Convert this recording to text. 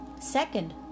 Second